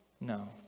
No